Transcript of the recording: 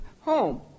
home